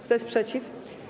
Kto jest przeciw?